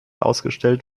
ausgestellt